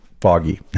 foggy